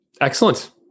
Excellent